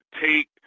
take